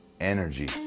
energy